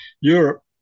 Europe